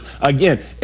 again